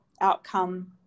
outcome